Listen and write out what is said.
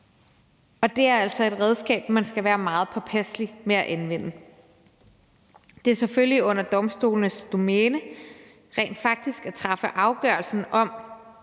og det er altså et redskab, man skal være meget påpasselig med at anvende. Det er selvfølgelig under domstolenes domæne rent faktisk at træffe afgørelsen om,